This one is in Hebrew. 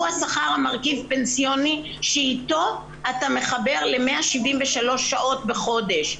הוא השכר המרכיב פנסיוני שאיתו אתה מחבר ל-173 שעות בחודש.